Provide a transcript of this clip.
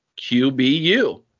qbu